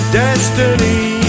destiny